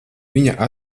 viņa